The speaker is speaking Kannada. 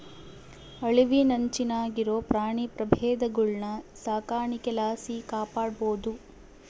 ಅಳಿವಿನಂಚಿನಾಗಿರೋ ಪ್ರಾಣಿ ಪ್ರಭೇದಗುಳ್ನ ಸಾಕಾಣಿಕೆ ಲಾಸಿ ಕಾಪಾಡ್ಬೋದು